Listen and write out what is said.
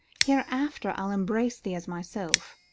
hereafter i'll embrace thee as my self.